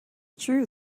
true